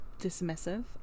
dismissive